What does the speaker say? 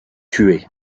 tué